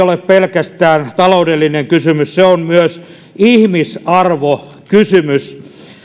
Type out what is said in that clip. ole pelkästään taloudellinen kysymys se on myös ihmisarvokysymys